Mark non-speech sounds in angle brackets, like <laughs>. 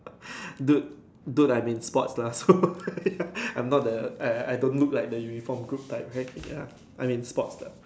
dude dude I'm in sport lah so <laughs> I'm not the I I don't look like the uniform group type right ya I'm in sports lah